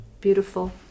beautiful